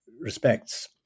respects